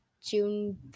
June